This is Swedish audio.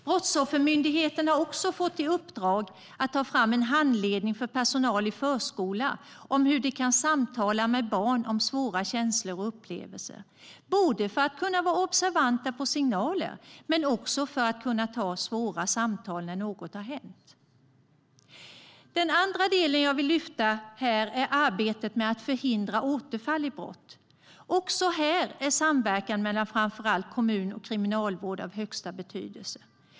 Brottsoffermyndigheten har fått i uppdrag att ta fram en handledning för personal i förskola om hur man kan samtala med barn om svåra känslor och upplevelser, både för att man ska kunna vara observant på signaler och för att man ska kunna ha svåra samtal när något har hänt. Den andra delen jag vill lyfta här är arbetet med att förhindra återfall i brott. Också här är samverkan mellan framför allt kommun och kriminalvård av största betydelse.